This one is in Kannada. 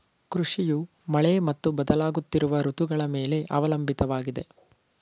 ಕೃಷಿಯು ಮಳೆ ಮತ್ತು ಬದಲಾಗುತ್ತಿರುವ ಋತುಗಳ ಮೇಲೆ ಅವಲಂಬಿತವಾಗಿದೆ